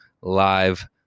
live